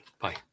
Bye